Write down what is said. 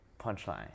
punchline